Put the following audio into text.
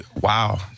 Wow